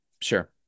Sure